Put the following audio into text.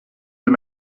him